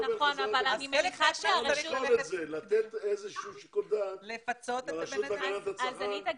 צריך לתת איזשהו שיקול דעת לרשות להגנת הצרכן לתת פיצוי.